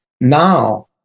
now